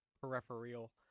peripheral